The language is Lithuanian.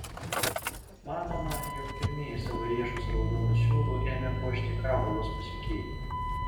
manoma jog pirmieji savo riešus raudonu siūlu ėmė puošti kabalos pasekėjai